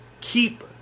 keep